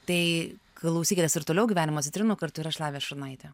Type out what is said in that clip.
tai klausykitės ir toliau gyvenimo citrinų kartu ir aš lavija šurnaitė